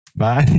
Bye